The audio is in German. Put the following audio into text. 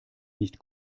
nicht